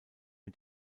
mit